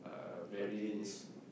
against